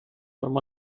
formó